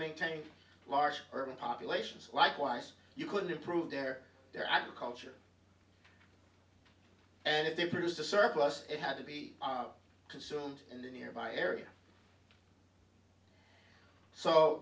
maintain large urban populations likewise you could improve their their agriculture and if they produced a surplus it had to be are consumed in the nearby area so